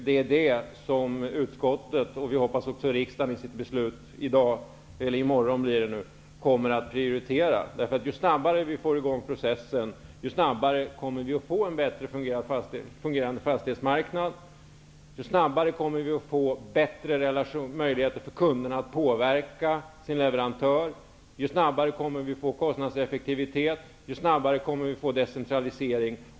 Det är vad vi hoppas att utskottet och också riksdagen i sitt beslut i morgon kommer att prioritera. Ju snabbare vi får i gång processen, desto snabbare får vi en bättre fungerande fastighetsmarknad, bättre möjligheter för kunderna att påverka sin leverantör, bättre kostnadseffektivitet och decentralisering.